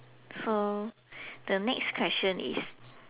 so the next question is